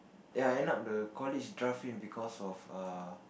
ya end up the college draft him because of err